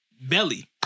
Belly